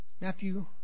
Matthew